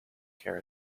care